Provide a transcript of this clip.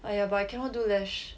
!aiya! but I cannot do lash